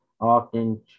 often